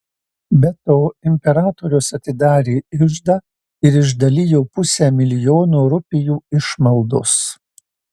be to imperatorius atidarė iždą ir išdalijo pusę milijono rupijų išmaldos